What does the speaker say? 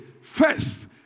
first